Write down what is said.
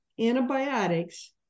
antibiotics